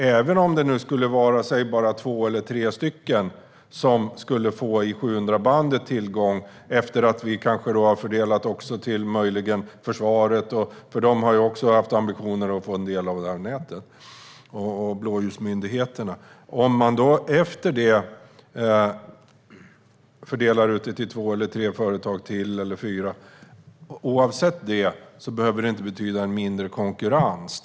Även om det bara skulle vara två, tre eller fyra företag som får tillgång till 700-bandet, efter att vi kanske har fördelat till försvaret - de har också haft ambitioner att få del av detta nät - och blåljusmyndigheterna, behöver det inte betyda mindre konkurrens.